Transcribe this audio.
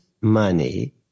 money